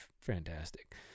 fantastic